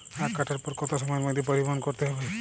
আখ কাটার পর কত সময়ের মধ্যে পরিবহন করতে হবে?